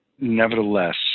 nevertheless